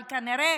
אבל כנראה